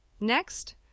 Next